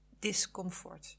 discomfort